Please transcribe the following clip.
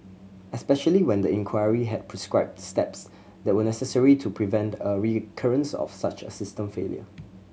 especially when the inquiry had prescribed steps that were necessary to prevent a recurrence of such a system failure